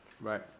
right